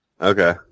Okay